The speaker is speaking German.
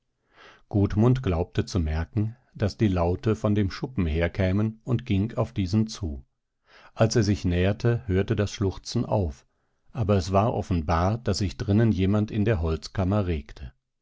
aufschluchzen gudmund glaubte zu merken daß die laute von dem schuppen herkämen und ging auf diesen zu als er sich näherte hörte das schluchzen auf aber es war offenbar daß sich drinnen jemand in der holzkammer